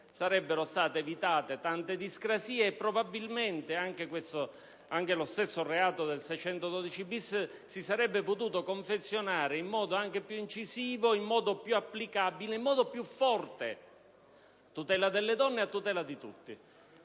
sarebbero state evitate tante discrasie. Probabilmente lo stesso reato previsto dall'articolo 612-*bis* si sarebbe potuto confezionare in modo anche più incisivo, in modo più applicabile, in modo più forte, a tutela delle donne e a tutela di tutti.